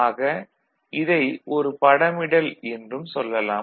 ஆக இதை ஒரு படமிடல் என்றும் சொல்லலாம்